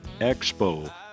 Expo